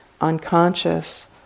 unconscious